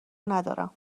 ندارم